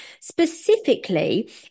specifically